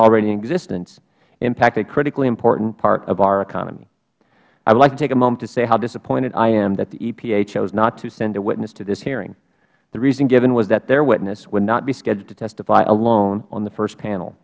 already in existence impact a critically important part of our economy i would like to take a moment to say how disappointed i am that the epa chose not to send a witness to this hearing the reason given was that their witness would not be scheduled to testify alone on the first panel